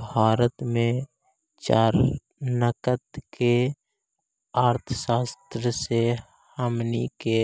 भारत में चाणक्य के अर्थशास्त्र से हमनी के